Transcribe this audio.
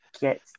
get